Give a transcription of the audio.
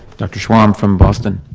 dr. schwalm from boston.